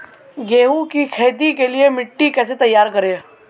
गेहूँ की खेती के लिए मिट्टी कैसे तैयार करें?